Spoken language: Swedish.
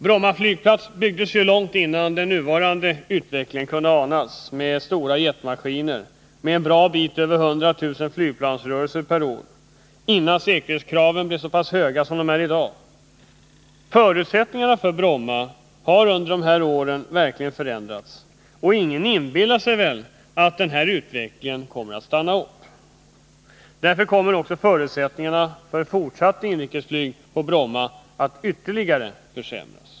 Bromma flygplats byggdes ju långt innan den nuvarande utvecklingen kunde anas, med stora jetmaskiner, med en bra bit över 100 000 flygplansrörelser per år, och innan säkerhetskraven blev så pass höga som de är i dag. Förutsättningarna för Bromma har under dessa år verkligen förändrats, och ingen inbillar sig väl att denna utveckling kommer att stanna upp. Därför kommer också förutsättningarna för ett fortsatt inrikesflyg på Bromma att ytterligare försämras.